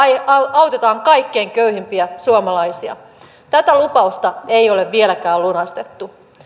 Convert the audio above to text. autetaan kaikkein köyhimpiä suomalaisia tätä lupausta ei ole vieläkään lunastettu